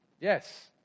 Yes